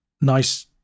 nice